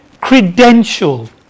credential